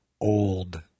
old